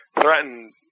threatened